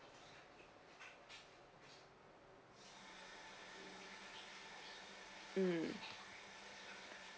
mm